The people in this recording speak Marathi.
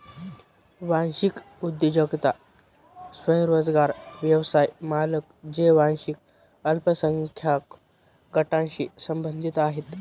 वांशिक उद्योजकता स्वयंरोजगार व्यवसाय मालक जे वांशिक अल्पसंख्याक गटांशी संबंधित आहेत